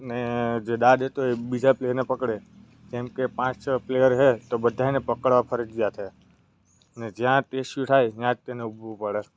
ને જે દા દેતો હોય એ બીજા પ્લેયરને પકડે જેમ કે પાંચ પ્લેયર છે તો બધાયને પકડવા ફરજિયાત છે ને જ્યાં સ્ટેચ્યુ થાય ત્યાં જ તેને ઊભવું પડે